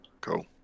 Cool